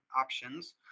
options